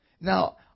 Now